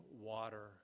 water